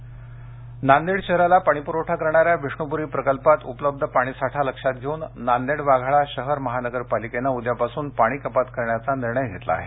पाणी कपात नांदेड नांदेड शहराला पाणीपुरवठा करणाऱ्या विष्णुपूरी प्रकल्पात उपलब्ध पाणीसाठा लक्षात घेऊन नांदेड वाघाळा शहर महानगर पालिकेने ऊद्यापासून पाणी कपात करण्याचा निर्णय घेतला आहे